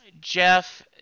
jeff